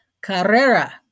Carrera